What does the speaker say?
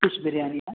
fish బిర్యానీనా